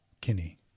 Kinney